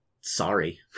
sorry